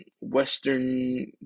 Western